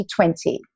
2020